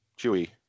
Chewie